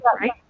right